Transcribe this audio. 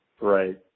Right